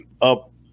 up